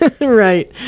right